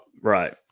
right